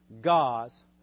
God's